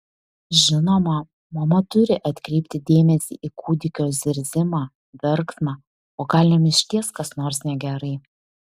žinoma mama turi atkreipti dėmesį į kūdikio zirzimą verksmą o gal jam išties kas nors negerai